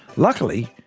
luckily,